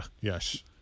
Yes